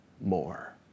more